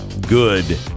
good